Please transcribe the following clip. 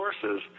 sources